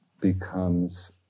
becomes